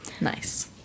Nice